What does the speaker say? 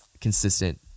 consistent